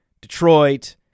Detroit